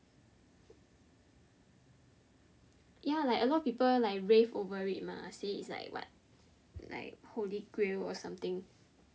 ya like a lot of people like rave over it mah saying it's like what like holy grail or something